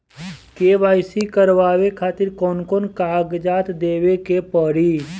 KYC करवावे खातिर कौन कौन कागजात देवे के पड़ी?